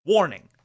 Warning